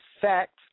fact